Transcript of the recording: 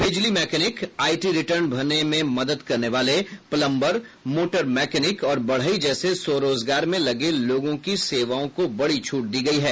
बिजली mechanic IT return भरने में मदद करने वालों प्लंबर मोटर मैकेनिक और बढ़ई जैसे स्वरोजगार में लगे लोगों की सेवाओं को बड़ी छूट दी गई है